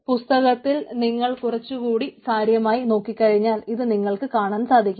പുസ്തകത്തിൽ നിങ്ങൾ കുറച്ചു കൂടി കാര്യമായി നോക്കികഴിഞ്ഞാൽ ഇത് നിങ്ങൾക്ക് കാണാൻ സാധിക്കും